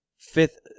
fifth